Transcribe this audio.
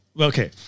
Okay